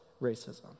racism